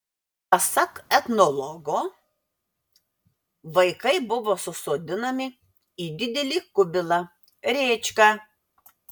pasak etnologo vaikai buvo susodinami į didelį kubilą rėčką